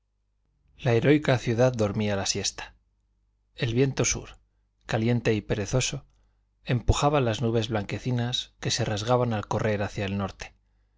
la heroica ciudad dormía la siesta el viento sur caliente y perezoso empujaba las nubes blanquecinas que se rasgaban al correr hacia el norte